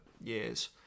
years